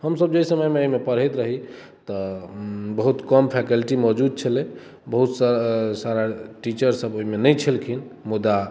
हम सभ जाहि समयमे एहिमे पढ़ैत रही तऽ बहुत कम फैकल्टी मोजूद छलै बहुत सारा टीचर सभ ओहिमे नहि छलखिन मुदा